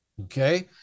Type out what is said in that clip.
Okay